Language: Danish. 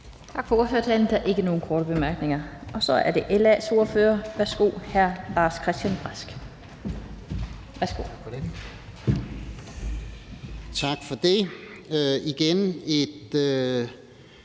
Tak for ordførertalen. Der er ikke nogen korte bemærkninger. Og så er det LA's ordfører, hr. Lars-Christian Brask. Værsgo. Kl. 13:51